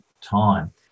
time